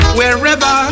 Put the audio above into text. wherever